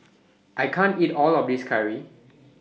I can't eat All of This Curry